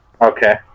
Okay